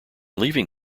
leaving